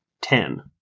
Ten